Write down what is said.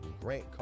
Grant